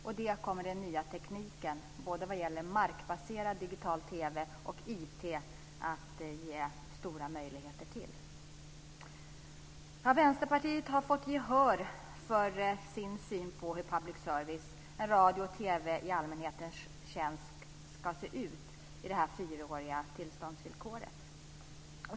Och det kommer den nya tekniken, både vad gäller markbaserad digital TV och IT att ge stora möjligheter till. Vänsterpartiet har i detta fyraåriga tillståndsvillkor fått gehör för sin syn på hur public service - en radio och TV i allmänhetens tjänst - ska se ut.